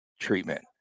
treatment